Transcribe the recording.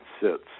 sits